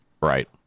Right